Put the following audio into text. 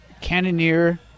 Cannoneer